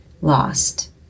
lost